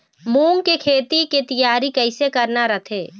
मूंग के खेती के तियारी कइसे करना रथे?